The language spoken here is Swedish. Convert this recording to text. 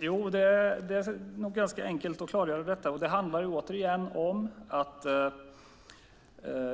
Fru talman! Jo, det är ganska enkelt att klargöra detta.